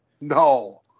No